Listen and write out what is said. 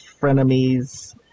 frenemies